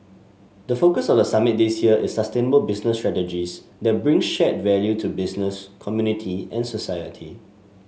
the focus of the summit this year is sustainable business strategies that bring shared value to business community and society